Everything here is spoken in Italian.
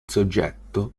soggetto